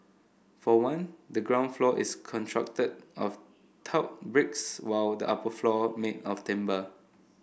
for one the ground floor is constructed of tiled bricks while the upper floor made of timber